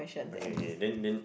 okay okay then then